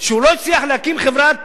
הוא לא הצליח להקים חברת